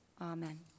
Amen